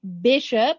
bishop